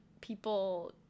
people